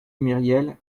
myriel